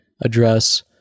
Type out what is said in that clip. address